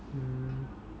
mm